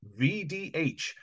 vdh